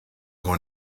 going